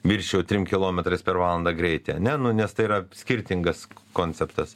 viršijo trim kilometrais per valandą greitį ane nes tai yra skirtingas konceptas